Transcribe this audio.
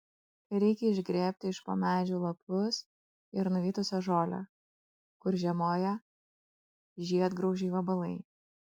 reikia išgrėbti iš po medžių lapus ir nuvytusią žolę kur žiemoja žiedgraužiai vabalai